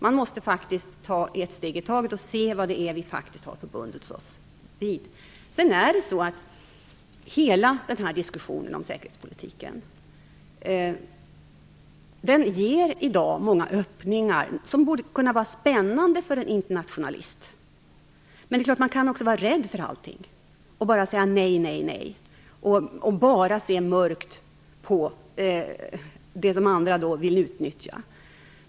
Man måste faktiskt ta ett steg i taget och se vad det är som vi faktiskt har förbundit oss. Hela den här diskussionen om säkerhetspolitiken ger i dag många öppningar som borde kunna vara spännande för en internationalist. Men det är klart att man också kan vara rädd för allting och bara säga nej, nej, nej och se mörkt på det som andra vill utnyttja.